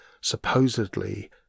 supposedly